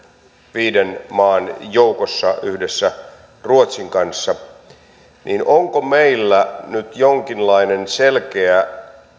viiden maan joukossa yhdessä ruotsin kanssa niin onko meillä nyt jonkinlainen selkeä